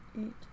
eight